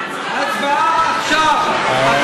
עכשיו יש כאן רוב,